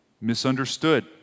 misunderstood